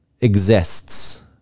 exists